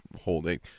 holding